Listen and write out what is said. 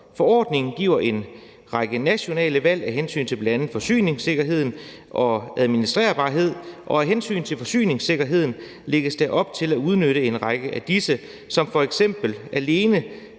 Forordningen giver en række nationale valg af hensyn til bl.a. forsyningssikkerheden og administrerbarheden, og af hensyn til forsyningssikkerheden lægges der op til at udnytte en række af disse, som f.eks. alene